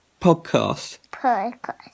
Podcast